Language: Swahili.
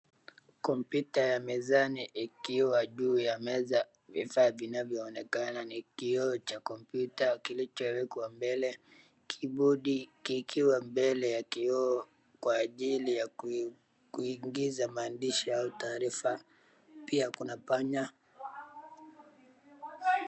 Kompyuta ya mezani ikiwa juu ya meza, vifaa vinavyoonekana ni kioo cha kompyuta kilichowekwa mbele, kibodi kikiwa mbele ya kioo kwa ajili ya kuingiza maandishi au taarifa. Pia kuna panya.